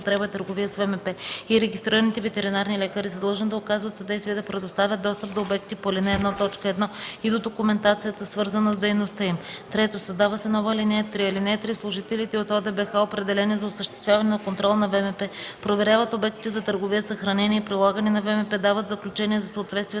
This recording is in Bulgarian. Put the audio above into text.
употреба и търговия с ВМП и регистрираните ветеринарни лекари са длъжни да оказват съдействие и да предоставят достъп до обектите по ал. 1, т. 1 и до документацията, свързана с дейността им.” 3. Създава се нова ал. 3: „(3) Служителите от ОДБХ, определени за осъществяване на контрол на ВМП, проверяват обектите за търговия, съхранение и прилагане на ВМП, дават заключение за съответствието